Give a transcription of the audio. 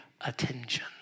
attention